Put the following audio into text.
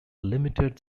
limited